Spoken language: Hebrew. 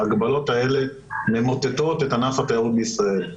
ההגבלות האלה ממוטטות את ענף התיירות בישראל.